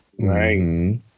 Right